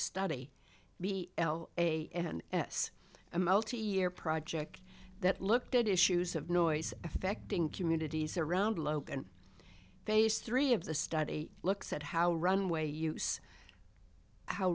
study b l a n s a multi year project that looked at issues of noise affecting communities around logan phase three of the study looks at how runway use how